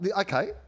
Okay